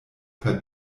per